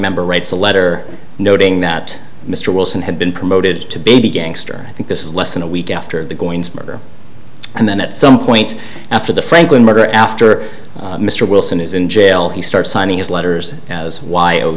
member writes a letter noting that mr wilson had been promoted to be a gangster i think this is less than a week after the going to murder and then at some point after the franklin murder after mr wilson is in jail he starts signing his letters as